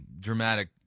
dramatic